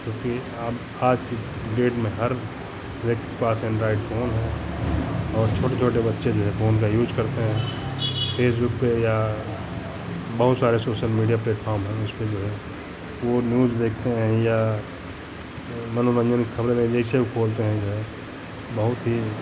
क्योंकि अब आज की डेट में हर व्यक्ति के पास एन्ड्रॉइड फ़ोन है और छोटे छोटे बच्चे जो है फ़ोन का यूज़ करते हैं फ़ेसबुक पे या बहुत सारे सोशल मीडिया प्लेटफ़ॉम हैं जिसपे जो है वो न्यूज़ देखते हैं या जो है मनोरंजन की खबरें नहीं जैसे ऊ खोलते हैं जो है बहुत ही